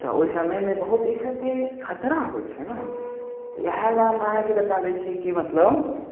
तऽ ओहि समयमे बहुत एहि सबसे की खतरा होइ छै ने इएह लए हम अहाँके बता दै छी की मतलब